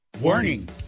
Warning